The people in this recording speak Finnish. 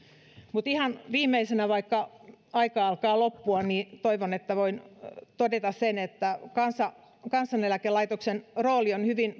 mutta ihan viimeisenä vaikka aika alkaa loppua toivon että voin todeta sen että kansaneläkelaitoksen rooli on hyvin